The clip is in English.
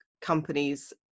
companies